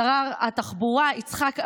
שר התחבורה, יצחק עמית,